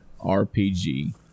RPG